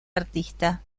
artista